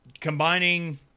combining